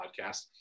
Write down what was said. podcast